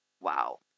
wow